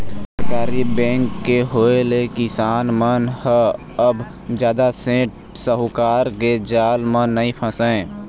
सहकारी बेंक के होय ले किसान मन ह अब जादा सेठ साहूकार के जाल म नइ फसय